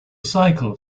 cycle